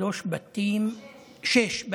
שלושה בתים, שישה.